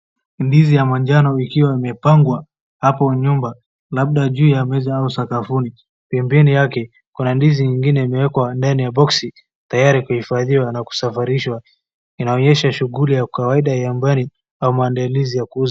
Ndizi ya manjano ikiwa imepangwa hapo kwa nyumba labda juu ya meza ama sakafuni. Pembeni yake, kuna ndizi ingine imewekwa ndani ya boksi tayari kuhifadhiwa na kusafirishwa. Inaonyesha shughuli ya kawaida ya mbali ya maandalizi ya kuuza.